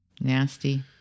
nasty